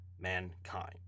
mankind